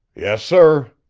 yes, sir.